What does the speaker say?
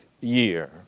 year